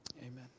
Amen